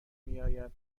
میاید